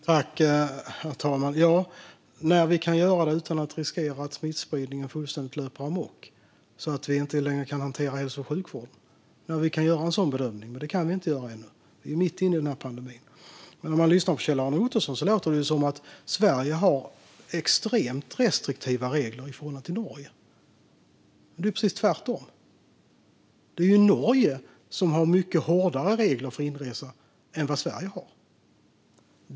Herr talman! Detta kommer vi att göra när vi kan göra det utan att riskera att smittspridningen fullständigt löper amok så att vi inte längre kan hantera hälso och sjukvården. Vi kan ännu inte göra en sådan bedömning; vi är mitt inne i den här pandemin. På Kjell-Arne Ottosson låter det som att Sverige har extremt restriktiva regler i förhållande till Norge, men det är ju precis tvärtom. Det är ju Norge som har mycket hårdare regler för inresa än vad Sverige har.